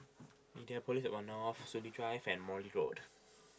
Mediapolis at one Soon Lee Drive and Morley Road